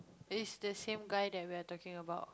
is the same guy that we're talking about